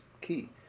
key